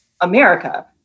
America